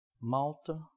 Malta